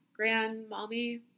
grandmommy